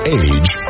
age